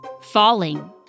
falling